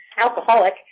alcoholic